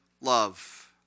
love